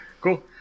Cool